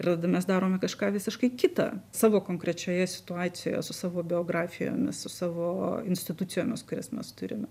ir tada mes darome kažką visiškai kita savo konkrečioje situacijoje su savo biografijomis su savo institucijomis kurias mes turime